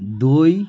দই